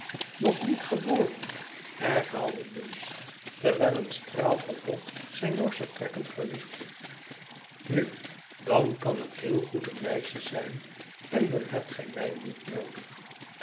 nog niet geboren herhaalde dumps terwijl een straal van hoop zijn norsche trekken verlichtte nu dan kan het heel goed een meisje zijn en dan hebt gij mij niet noodig